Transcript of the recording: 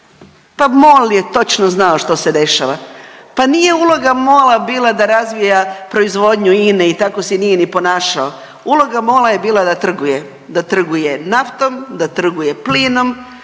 pa MOL je točno znao što se dešava, pa nije uloga MOL-a da razvija proizvodnju INA-e i tako se nije ni ponašao. Uloga MOL-a je bila da trguje, da trguje naftom, da trguje plinom,